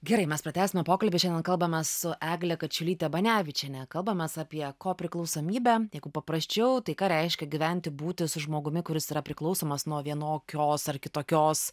gerai mes pratęsime pokalbį šiandien kalbamės su egle kačiulyte banevičiene kalbamės apie ko priklausomybę jeigu paprasčiau tai ką reiškia gyventi būti su žmogumi kuris yra priklausomas nuo vienokios ar kitokios